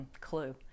clue